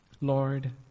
lord